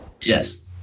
Yes